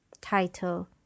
Title